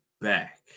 back